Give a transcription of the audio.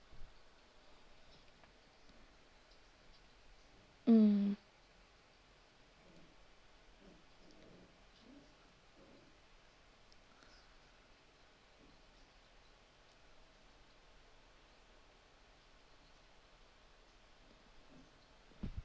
mm